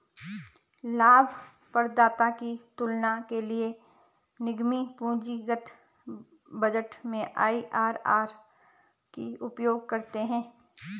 लाभप्रदाता की तुलना के लिए निगम पूंजीगत बजट में आई.आर.आर का उपयोग करते हैं